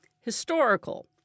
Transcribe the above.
Historical